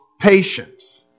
patience